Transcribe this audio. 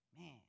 man